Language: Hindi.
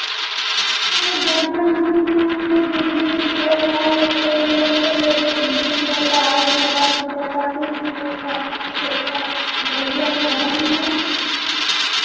अरे ज़्यादा नहीं है पेड़ बीस बीस रुपये का एक पेड़ ये एक पेड़ बीस रुपये का है ये पचास रुपये का तीस रुपये का साठ रुपये का ये डहेलिया का ज़्यादा महंगा है